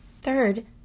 Third